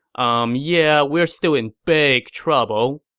umm yeah, we're still in big trouble.